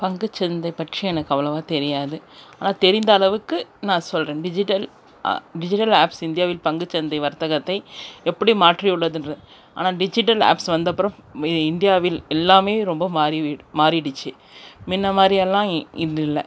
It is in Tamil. பங்குச்சந்தை பற்றி எனக்கு அவ்வளோவா தெரியாது ஆனால் தெரிந்த அளவுக்கு நான் சொல்கிறேன் டிஜிட்டல் அ டிஜிட்டல் ஆப்ஸ் இந்தியாவில் பங்குச்சந்தை வர்த்தகத்தை எப்படி மாற்றி உள்ளதுங்ற ஆனால் டிஜிட்டல் ஆப்ஸ் வந்தப்புறம் மே இந்தியாவில் எல்லாமே ரொம்ப மாறிவிட் மாறிடுச்சு முன்ன மாதிரியெல்லாம் இது இல்லை